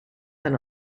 than